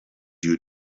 you